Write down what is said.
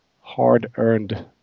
hard-earned